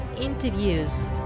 interviews